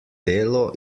delo